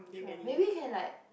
true ah maybe can like